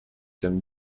them